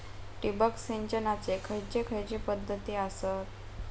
ठिबक सिंचनाचे खैयचे खैयचे पध्दती आसत?